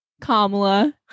Kamala